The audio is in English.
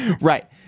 Right